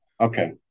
okay